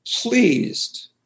pleased